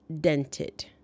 dented